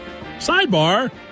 Sidebar